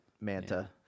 Manta